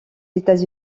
états